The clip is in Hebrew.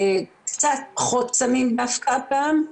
קצת פחות סמים דווקא הפעם,